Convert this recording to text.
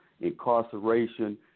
incarceration